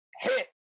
hit